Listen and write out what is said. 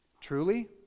Truly